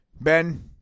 Ben